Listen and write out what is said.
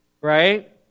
right